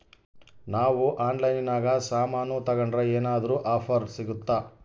ನಾವು ಆನ್ಲೈನಿನಾಗ ಸಾಮಾನು ತಗಂಡ್ರ ಏನಾದ್ರೂ ಆಫರ್ ಸಿಗುತ್ತಾ?